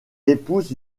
épouse